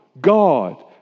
God